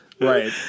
right